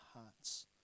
hearts